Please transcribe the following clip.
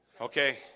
Okay